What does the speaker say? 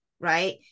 right